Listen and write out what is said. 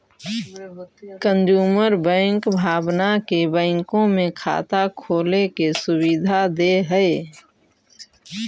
consumer bank भावना के बैंकों में खाता खोले के सुविधा दे हइ